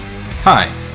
Hi